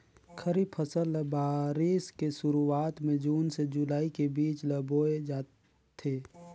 खरीफ फसल ल बारिश के शुरुआत में जून से जुलाई के बीच ल बोए जाथे